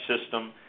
system